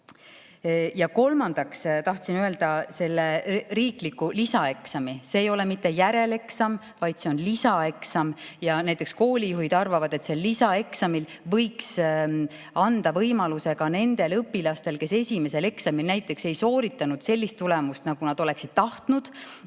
Kolmandaks tahtsin öelda riikliku lisaeksami kohta. See ei ole mitte järeleksam, vaid see on lisaeksam. Näiteks koolijuhid arvavad, et lisaeksamil võiks anda võimaluse ka nendele õpilastele, kes esimesel eksamil ei saanud sellist tulemust, nagu nad oleksid tahtnud.